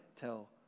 tell